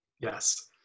Yes